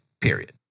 period